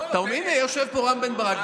הינה, יושב פה רם בן ברק.